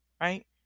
right